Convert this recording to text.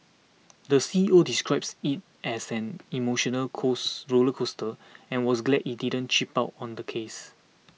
the C E O describes it as an emotional cause roller coaster and was glad he didn't cheap out on the case